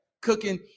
cooking